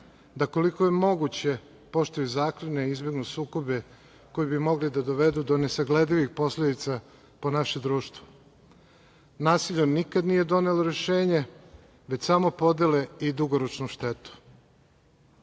da koliko je moguće poštuju zakone i izbegnu sukobe koji bi mogli da dovedu do nesagledivih posledica po naše društvo. Nasilje nikada nije donelo rešenje, već samo podele i dugoročnu